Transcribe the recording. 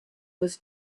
was